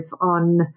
on